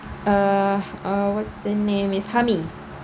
uh uh what's the name it's Hami